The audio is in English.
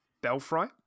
Belfry